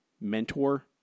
mentor